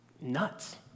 nuts